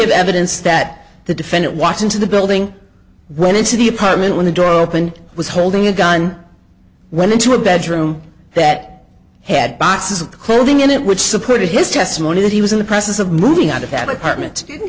have evidence that the defendant walk into the building went into the apartment when the door opened was holding a gun went into a bedroom that had boxes of clothing in it which supported his testimony that he was in the process of moving out of that apartment